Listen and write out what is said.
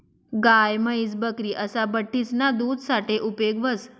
गाय, म्हैस, बकरी असा बठ्ठीसना दूध साठे उपेग व्हस